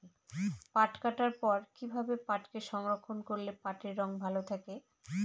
পাট কাটার পর কি ভাবে পাটকে সংরক্ষন করলে পাটের রং ভালো থাকে?